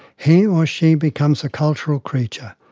he or she becomes a cultural creature,